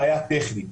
בעיה טכנית.